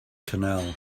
canal